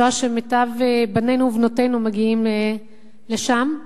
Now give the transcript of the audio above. מקצוע שמיטב בנינו ובנותינו מגיעים אליו,